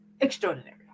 extraordinary